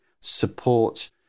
support